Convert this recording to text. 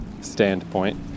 standpoint